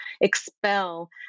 expel